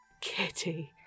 Kitty